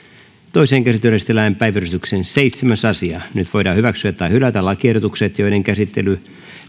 toiseen käsittelyyn esitellään päiväjärjestyksen seitsemäs asia nyt voidaan hyväksyä tai hylätä lakiehdotukset